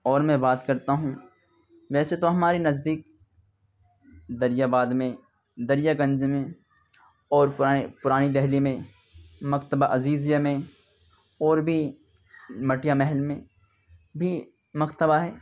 اور میں بات کرتا ہوں ویسے تو ہمارے نزدیک دریا آباد میں دریا گنج میں اور پرانی دہلی میں مکتبہ عزیزیہ میں اور بھی مٹیا محل میں بھی مکتبہ ہے